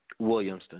Williamston